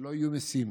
שלא יהיו מיסים.